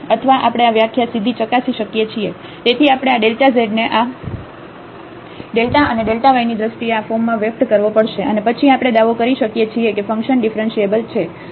અથવા આપણે આ વ્યાખ્યા સીધી ચકાસી શકીએ છીએ તેથી આપણે આ zને આ અને yની દ્રષ્ટિએ આ ફોર્મમાં વ્યક્ત કરવો પડશે અને પછી આપણે દાવો કરી શકીએ છીએ કે ફંક્શન ડિફરન્ટિએબલ છે